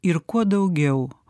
ir kuo daugiau